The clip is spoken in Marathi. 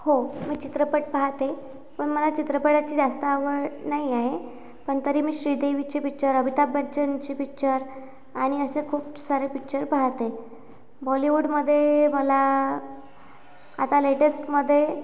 हो मी चित्रपट पाहाते पण मला चित्रपटाची जास्त आवड नाही आहे पण तरी मी श्रीदेवीचे पिक्चर अमिताभ बच्चनचे पिक्चर आणि असे खूप सारे पिक्चर पाहाते बॉलिवूडमध्ये मला आता लेटेस्टमध्ये